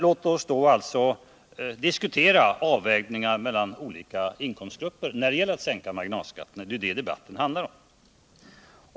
Låt oss då diskutera avvägningar mellan olika inkomstgrupper när det gäller att sänka marginalskatten! Det är ju det debatten handlar om.